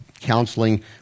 counseling